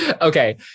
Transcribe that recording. Okay